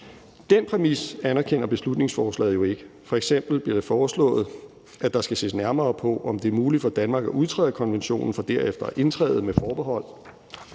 Den præmis anerkender beslutningsforslaget jo ikke. F.eks. bliver det foreslået, at der skal ses nærmere på, om det er muligt for Danmark at udtræde af konventionen for derefter at indtræde med forbehold.